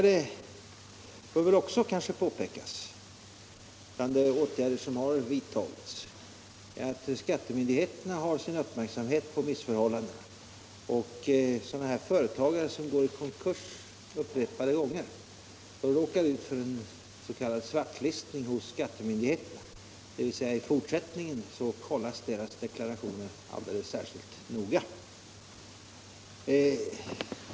Det bör kanske också påpekas att skattemyndigheterna har sin uppmärksamhet riktad på missförhållandena. Sådana här företagare som går i konkurs upprepade gånger råkar ut för en s.k. svartlistning hos skattemyndigheterna och i fortsättningen kollas deras deklarationer särskilt noga.